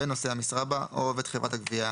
ונושאי המשרה בה או עובד חברת הגבייה